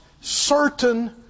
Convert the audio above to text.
certain